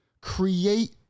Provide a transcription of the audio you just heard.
create